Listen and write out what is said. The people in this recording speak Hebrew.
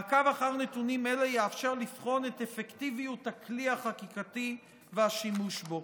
מעקב אחר נתונים אלה יאפשר לבחון את אפקטיביות הכלי החקיקתי והשימוש בו.